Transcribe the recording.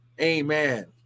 Amen